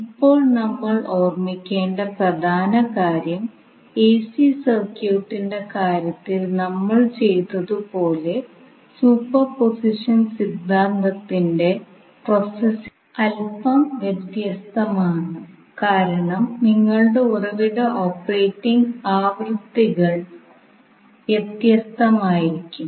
ഇപ്പോൾ നമ്മൾ ഓർമ്മിക്കേണ്ട പ്രധാന കാര്യം എസി സർക്യൂട്ടിന്റെ കാര്യത്തിൽ നമ്മൾ ചെയ്തതു പോലെ സൂപ്പർപോസിഷൻ സിദ്ധാന്തത്തിന്റെ പ്രോസസ്സിംഗ് അല്പം വ്യത്യസ്തമാണ് കാരണം നിങ്ങളുടെ ഉറവിട ഓപ്പറേറ്റിംഗ് ആവൃത്തികൾ വ്യത്യസ്തമായിരിക്കും